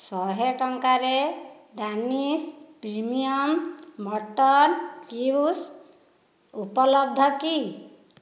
ଶହେ ଟଙ୍କାରେ Danish premium mutton cubes ଉପଲବ୍ଧ କି